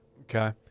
Okay